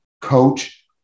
Coach